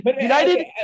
United